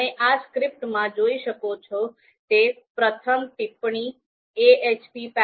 તમે આ સ્ક્રિપ્ટમાં જોઈ શકો છો તે પ્રથમ ટિપ્પણી ahp પેકેજનો ઉપયોગ કરી રહી છે